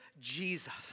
Jesus